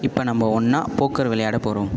இப்போ நம்ம ஒன்றா போக்கர் விளையாட போகிறோம்